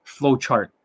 flowchart